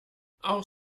auch